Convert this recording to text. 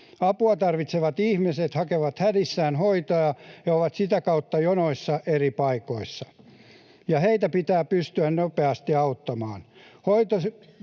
Apua tarvitsevat ihmiset hakevat hädissään hoitoa ja ovat sitä kautta jonoissa eri paikoissa, ja heitä pitää pystyä nopeasti auttamaan.